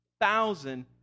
thousand